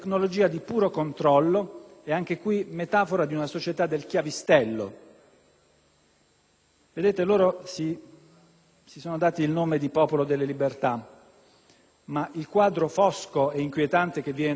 Vedete, la maggioranza si è data il nome di Popolo della Libertà, ma il quadro fosco e inquietante che viene da queste norme è quello di un partito della galera sociale.